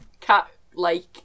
cat-like